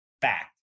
Fact